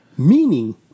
Meaning